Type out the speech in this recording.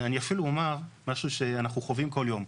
אני אפילו אומר משהו שאנחנו חווים כל יום.